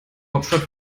hauptstadt